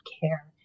care